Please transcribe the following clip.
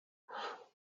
what